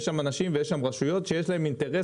יש שם אנשים ויש שם רשויות שיש להם אינטרס